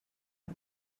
per